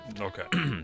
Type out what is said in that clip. Okay